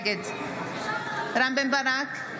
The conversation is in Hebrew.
נגד רם בן ברק,